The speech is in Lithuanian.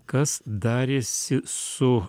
kas darėsi su